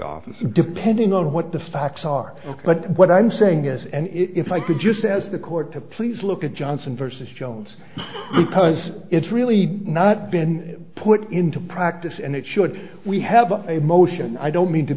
office depending on what the facts are but what i'm saying is and if i could just as the court to please look at johnson versus jones because it's really not been put into practice and it should we have a motion i don't mean to